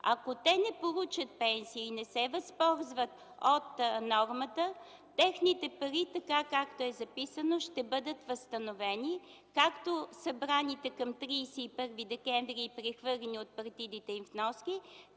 Ако те не получат пенсия и не се възползват от нормата, техните пари така, както е записано, ще бъдат възстановени – както събраните към 31 декември и прехвърлени от партидите им средства,